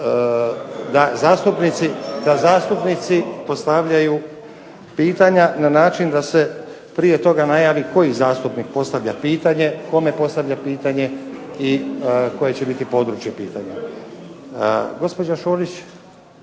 da zastupnici postavljaju pitanja na način da se prije toga najavi koji zastupnik postavlja pitanje, kome postavlja pitanje i koje će biti područje pitanja.